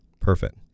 Perfect